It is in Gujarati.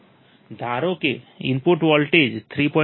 ધારો કે ઇનપુટ વોલ્ટેજ 3